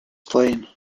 plain